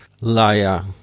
Laya